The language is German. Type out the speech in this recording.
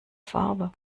farbe